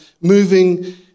moving